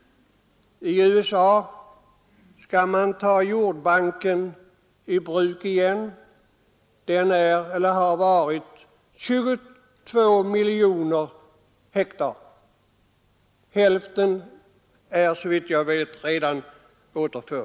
I USA skall man ta jordbanken i bruk igen. Den har omfattat 22 miljoner hektar; hälften av denna areal är såvitt jag vet redan återförd.